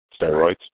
steroids